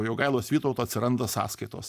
jogailos vytauto atsiranda sąskaitos